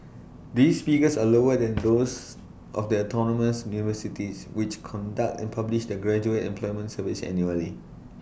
these figures are lower than those of the autonomous universities which conduct and publish their graduate employment surveys annually